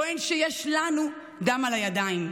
טוען שיש לנו דם על הידיים.